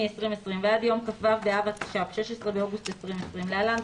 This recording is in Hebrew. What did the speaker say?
2020) ועד יום כ"ו באב התש"ף (16 באוגוסט 2020) (להלן,